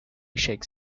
shakes